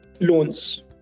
loans